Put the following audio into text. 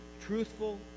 truthful